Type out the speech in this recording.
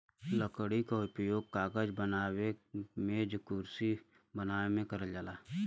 लकड़ी क उपयोग कागज बनावे मेंकुरसी मेज बनावे में करल जाला